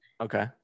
okay